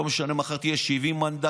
לא משנה אם מחר תהיה 70 מנדטים,